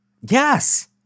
Yes